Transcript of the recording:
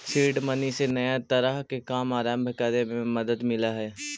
seed money से नया तरह के काम आरंभ करे में मदद मिलऽ हई